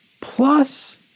plus